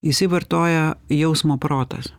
jisai vartoja jausmo protas